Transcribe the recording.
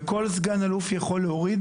כל סגן אלוף יכול להוריד